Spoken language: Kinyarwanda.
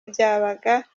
byabaga